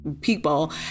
people